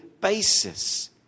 basis